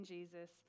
Jesus